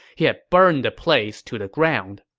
he had burned the place to the ground.